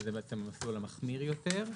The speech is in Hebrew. שזה המסלול המחמיר יותר,